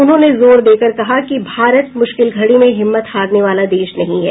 उन्होंने जोर देकर कहा कि भारत मुश्किल घड़ी में हिम्मत हारने वाला देश नहीं है